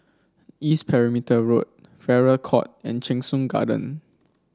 East Perimeter Road Farrer Court and Cheng Soon Garden